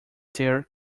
their